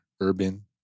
Urban